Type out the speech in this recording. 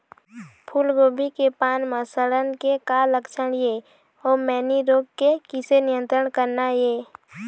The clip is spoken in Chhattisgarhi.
फूलगोभी के पान म सड़न के का लक्षण ये अऊ मैनी रोग के किसे नियंत्रण करना ये?